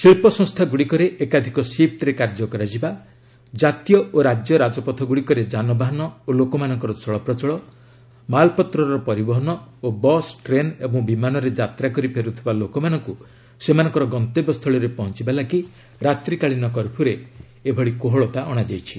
ଶିଳ୍ପସଂସ୍ଥାଗୁଡ଼ିକରେ ଏକାଧିକ ସିଫ୍ଟରେ କାର୍ଯ୍ୟ କରାଯିବା ଜାତୀୟ ଓ ରାଜ୍ୟ ରାଜପଥଗୁଡ଼ିକରେ ଯାନବାହାନ ଓ ଲୋକମାନଙ୍କର ଚଳପ୍ରଚଳ ମାଲ୍ପତ୍ରର ପରିବହନ ଓ ବସ୍ ଟ୍ରେନ୍ ଏବଂ ବିମାନରେ ଯାତ୍ରା କରି ଫେରୁଥିବା ଲୋକମାନଙ୍କୁ ସେମାନଙ୍କ ଗନ୍ତବ୍ୟସ୍ଥଳୀରେ ପହଞ୍ଚୁବା ଲାଗି ରାତ୍ରିକାଳୀନ କର୍ଫ୍ୟରେ ଏହି କୋହଳତା ଅଣାଯାଇଛି